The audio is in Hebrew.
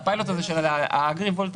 שהפיילוט של האגרו-וולטאי,